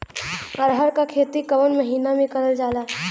अरहर क खेती कवन महिना मे करल जाला?